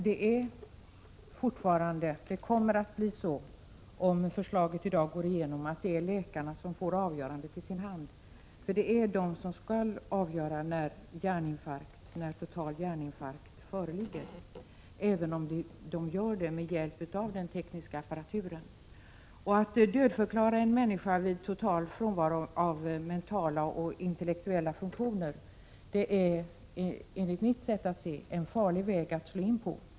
Herr talman! Om utskottsmajoritetens förslag går igenom i dag kommer läkarna att få avgörandet i sin hand då det gäller att fastställa att en människa är död när total hjärninfarkt föreligger, även om det sker med hjälp av teknisk apparatur. Att dödförklara en människa vid total frånvaro av mentala och intellektuella funktioner är enligt min mening en farlig väg att gå in på.